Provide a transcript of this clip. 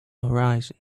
horizon